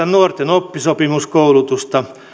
nuorten oppisopimuskoulutusta